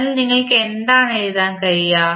അതിനാൽ നിങ്ങൾക്ക് എന്താണ് എഴുതാൻ കഴിയുക